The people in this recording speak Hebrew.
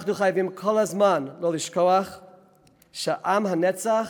אנחנו חייבים כל הזמן לא לשכוח שעם הנצח